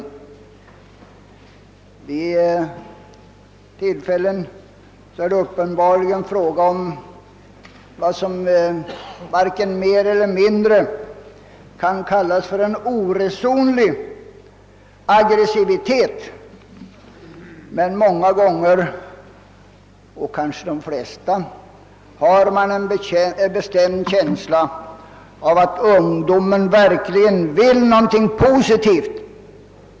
I några fall är det uppenbarligen fråga om oresonlig aggressivitet, men många gånger — kanske oftast — har man en bestämd känsla av att ungdomen vill något positivt.